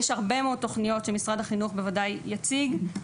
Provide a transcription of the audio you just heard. יש הרבה מאוד תוכניות שמשרד החינוך בוודאי יציג,